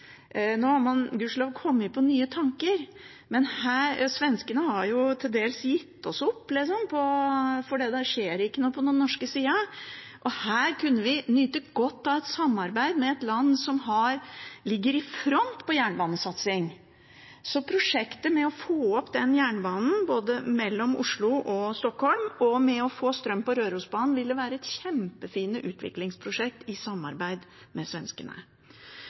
Nå har man gudskjelov kommet på nye tanker. Svenskene har til dels gitt oss opp, fordi det ikke skjer noe på den norske siden. Her kunne vi nytt godt av et samarbeid med et land som ligger i front når det gjelder jernbanesatsing. Prosjekter for både å få jernbane mellom Oslo og Stockholm og for å få strøm på Rørosbanen ville være kjempefine utviklingsprosjekter i samarbeid med svenskene.